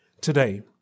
today